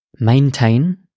Maintain